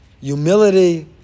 humility